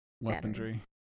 weaponry